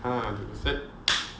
ah to the set